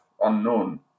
unknown